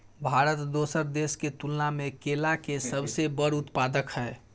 भारत दोसर देश के तुलना में केला के सबसे बड़ उत्पादक हय